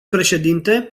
președinte